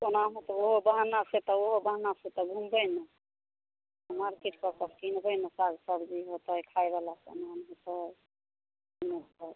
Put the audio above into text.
एनाहुँ तऽ ओहो बहानासँ तऽ ओहो बहानासँ तऽ घुमबै ने मार्केट कऽ कऽ किनबै ने साग सब्जी होतै खाइवला सामान होतै